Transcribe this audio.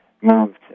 moved